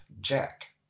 Jack